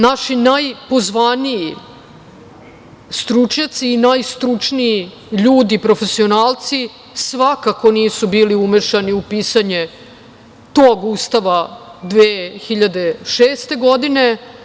Naši najpozvaniji stručnjaci i najstručniji ljudi profesionalci svakako nisu bili umešani u pisanje tog Ustava 2006. godine.